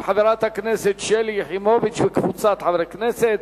של חברת הכנסת שלי יחימוביץ וקבוצת חברי כנסת,